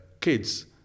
kids